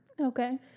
Okay